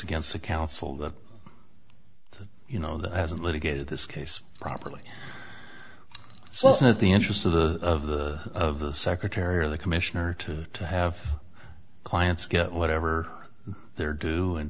against the counsel that you know that hasn't litigated this case properly so it's not the interest of the of the of the secretary or the commissioner to have clients get whatever their due in